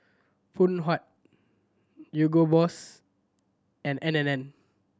Phoon Huat Hugo Boss and N and N